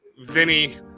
Vinny